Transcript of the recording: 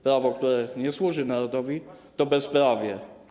Prawo, które nie służy narodowi, to bezprawie.